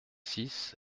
six